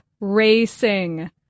racing